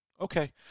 Okay